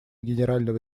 генерального